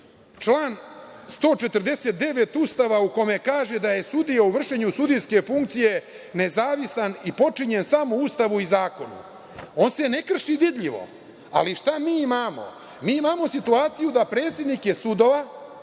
član 149. Ustava u kome kaže da je sudija u vršenju sudijske funkcije nezavistan i potčinjen samo Ustavu i zakonu. On se ne krši vidljivo, ali šta mi imamo? Imamo situaciju da predsednike sudova